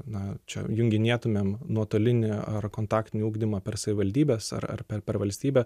na čia junginėtumėm nuotolinį ar kontaktinį ugdymą per savivaldybes ar ar per per valstybę